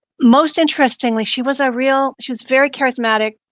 most interestingly, she was a real she was very charismatic,